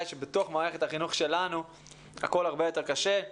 שבתוך מערכת החינוך שלנו הכול הרבה יותר קשה.